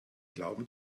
glauben